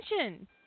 attention